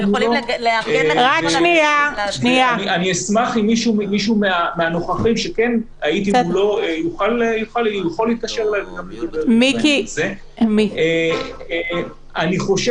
אני אשמח אם מישהו מהנוכחים שהייתי מולו יוכל להתקשר --- אני חושב